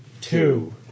Two